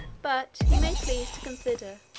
but he may please to consider,